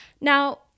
Now